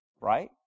Right